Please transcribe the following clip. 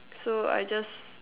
so I just